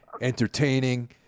entertaining